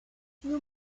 few